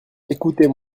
écoutez